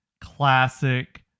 classic